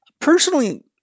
personally